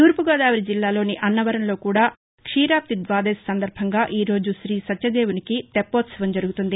తూర్పుగోదావరి జిల్లాలోని అన్నవరంలో కూడా క్షీరాబ్ది ద్వాదశి సందర్బంగా ఈరోజు శ్రీ సత్యదేవునికి తెప్పోత్సవం జరుగుతుంది